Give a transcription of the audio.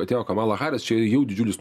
atėjo kamala haris čia jau didžiulis